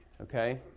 okay